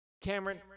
Cameron